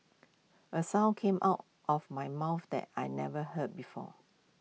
A sound came out of my mouth that I never heard before